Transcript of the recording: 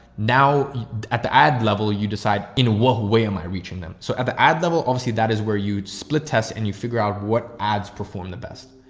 now at the ad level, you decide in what way am i reaching them? so at the ad level, obviously that is where you'd split tests and you figure out what ads performed the best,